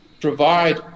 provide